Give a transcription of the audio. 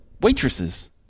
waitresses